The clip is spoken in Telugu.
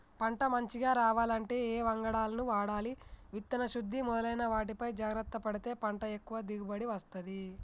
పంట మంచిగ రావాలంటే ఏ వంగడాలను వాడాలి విత్తన శుద్ధి మొదలైన వాటిపై జాగ్రత్త పడితే పంట ఎక్కువ దిగుబడి వస్తది